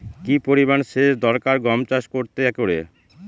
কি পরিমান সেচ দরকার গম চাষ করতে একরে?